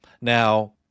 Now